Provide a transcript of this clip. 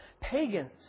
pagans